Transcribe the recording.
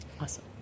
Awesome